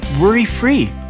worry-free